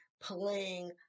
playing